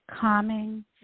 calming